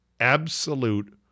absolute